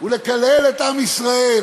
ולקלל את עם ישראל,